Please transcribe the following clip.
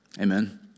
Amen